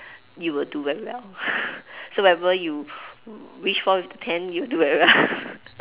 you will do very well so whenever you wish for with the pen you'll do very well